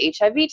HIV